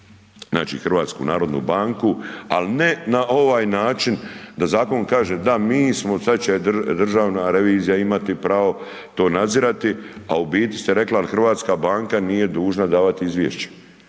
uđe u Hrvatsku narodnu banku, ali ne na ovaj način da Zakon kaže da mi smo, sad će Državna revizija imati pravo to nadzirati, a u biti ste rekli al' Hrvatska banka nije dužna davat Izvješće,